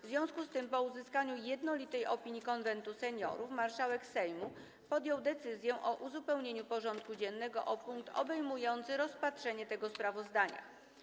W związku z tym, po uzyskaniu jednolitej opinii Konwentu Seniorów, marszałek Sejmu podjął decyzję o uzupełnieniu porządku dziennego o punkt obejmujący rozpatrzenie tego sprawozdania.